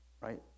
right